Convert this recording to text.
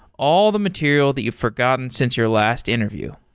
all the material that you've forgotten since your last interview.